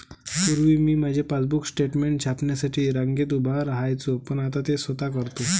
पूर्वी मी माझे पासबुक स्टेटमेंट छापण्यासाठी रांगेत उभे राहायचो पण आता ते स्वतः करतो